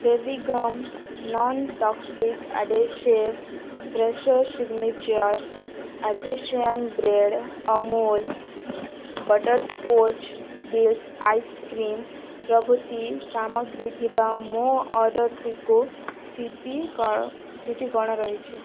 Fevigum nontoxic adhesive Fresho signature artisan bread Amul butterscotch bliss ice cream ପ୍ରଭୃତି ସାମଗ୍ରୀ ଥିବା ମୋ ଅର୍ଡ଼ର୍ଟିକୁ ସ୍ଥିତି କ'ଣ ସ୍ଥିତି କ'ଣ ରହିଛି